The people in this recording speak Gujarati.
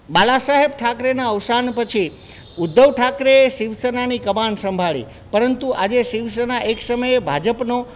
બાળાવ સાહેબના અવસાન પછી ઉદ્ધવ ઠાકરે એ શિવસેનાની કમાન સંભાળી પરંતુ આજે શિવસેના એક સમયે ભાજપનો